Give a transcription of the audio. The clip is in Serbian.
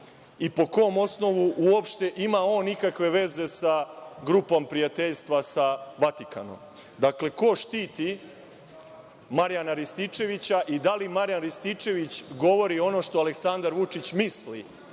i po kom osnovu uopšte ima on ikakve veze sa Grupom prijateljstva sa Vatikanom? Dakle, ko štiti Marjana Rističevića, i da li Marijan Rističević govori ono što Aleksandar Vučić misli